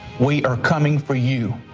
we are coming for you.